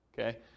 Okay